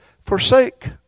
forsake